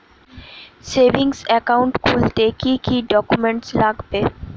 Savings account খুলতে কি কি ডকুমেন্টস লাগবে?